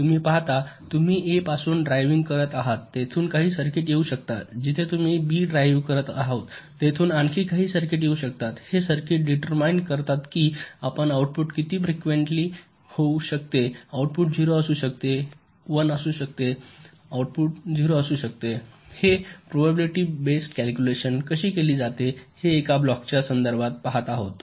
तुम्ही पाहता तुम्ही ए पासून ड्राईव्हिंग करत आहात तेथून काही सर्किट येऊ शकतात जिथे तुम्ही बी ड्राईव्ह करत आहात तेथून आणखी काही सर्किट येऊ शकतात हे सर्किट डिटरमाईन करतात की आउटपुट किती फ्रिक्वेंट होऊ शकते आउटपुट 0 असू शकते १ आउटपुट 0 असू शकते हे प्रोबॅबिलिटी बेस्ड कॅल्क्युलेशन कशी केली जाते हे एका ब्लॉकच्या संदर्भात पहात आहोत